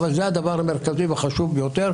אבל זה הדבר המרכזי והחשוב ביותר.